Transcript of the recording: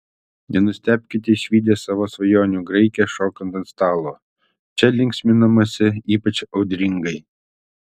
nenustebkite išvydę savo svajonių graikę šokant ant stalo čia linksminamasi ypač audringai